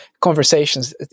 conversations